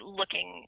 looking